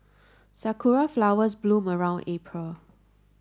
sakura flowers bloom around April